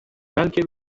بلکه